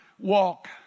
walk